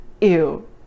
ew